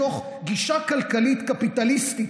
מתוך גישה כלכלית קפיטליסטית,